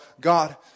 God